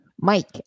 Mike